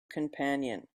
companion